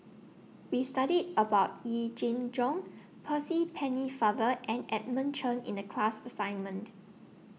We studied about Yee Jenn Jong Percy Pennefather and Edmund Chen in The class assignment